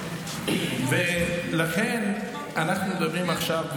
לכן אנחנו מדברים עכשיו,